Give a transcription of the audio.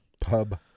Pub